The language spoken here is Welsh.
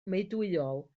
meudwyol